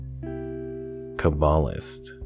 Kabbalist